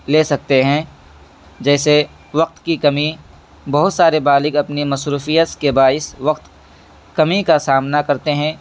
لے سکتے ہیں جیسے وقت کی کمی بہت سارے بالغ اپنی مصروفیت کے باعث وقت کمی کا سامنا کرتے ہیں